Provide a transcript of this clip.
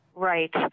Right